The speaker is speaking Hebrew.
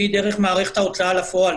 והיא דרך מערכת ההוצאה לפועל.